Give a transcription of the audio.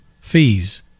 Fees